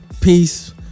peace